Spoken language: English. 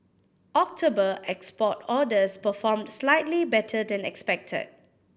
October export orders performed slightly better than expected